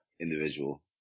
individual